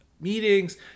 meetings